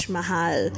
Mahal